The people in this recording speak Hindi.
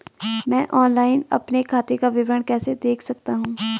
मैं ऑनलाइन अपने खाते का विवरण कैसे देख सकता हूँ?